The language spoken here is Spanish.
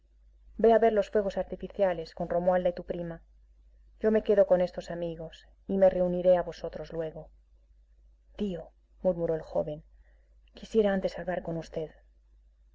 ve a ver los fuegos artificiales con romualda y tu prima yo me quedo con estos amigos y me reuniré a vosotros luego tío murmuró el joven quisiera antes hablar con usted